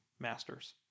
masters